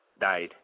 died